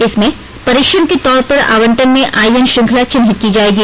इसमें परीक्षण के तौर पर आवंटन में आईएन श्रंखला चिह्नित की जाएगी